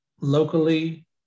locally